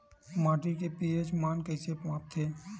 माटी के पी.एच मान कइसे मापथे?